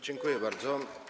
Dziękuję bardzo.